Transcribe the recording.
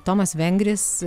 tomas vengris